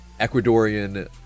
Ecuadorian